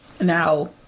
Now